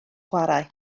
chwarae